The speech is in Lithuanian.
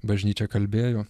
bažnyčia kalbėjo